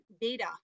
data